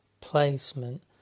placement